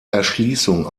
erschließung